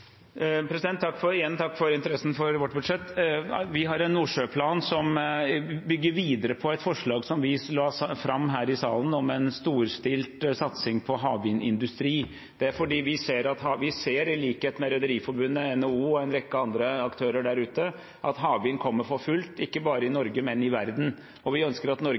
Takk igjen for interessen for vårt budsjett. Vi har en nordsjøplan som bygger videre på et forslag som vi la fram her i salen, om en storstilt satsing på havvindindustri. Det er fordi vi ser – i likhet med Rederiforbundet, NHO og en rekke andre aktører der ute – at havvind kommer for fullt, ikke bare i Norge, men i verden. Vi ønsker at Norge